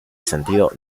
sentido